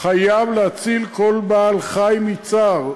חייב להציל כל בעל חי מצער".